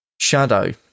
Shadow